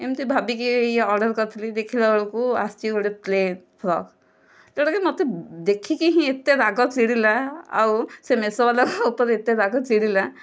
ଏମିତି ଭାବିକି ଅର୍ଡ଼ର କରିଥିଲି ଦେଖିଲାବେଳକୁ ଆସିଛି ଗୋଟିଏ ପ୍ଳେନ୍ ଫ୍ରକ୍ ଯେଉଁଟାକି ମୋତେ ଦେଖିକି ଏତେ ରାଗ ଚିଡ଼ିଲା ଆଉ ସେ ମିଷୋ ବାଲା ଉପରେ ଏତେ ରାଗ ଚିଡ଼ିଲା